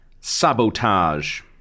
sabotage